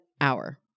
hour